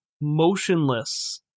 motionless